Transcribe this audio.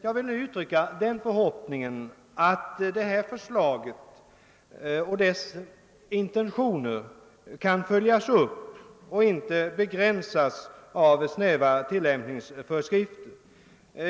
Jag vill nu uttrycka den förhoppningen att intentionerna i detta förslag följs upp och inte begränsas av snäva tillämpningsföreskrifter.